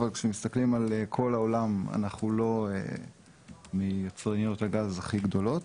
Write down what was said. אבל כשמסתכלים על כל העולם אנחנו לא מיצרניות הגז הכי גדולות,